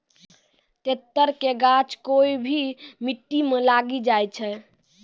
तेतर के गाछ कोय भी मिट्टी मॅ लागी जाय छै